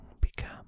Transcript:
become